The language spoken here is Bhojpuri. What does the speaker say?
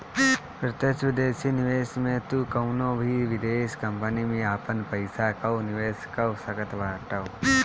प्रत्यक्ष विदेशी निवेश में तू कवनो भी विदेश कंपनी में आपन पईसा कअ निवेश कअ सकत बाटअ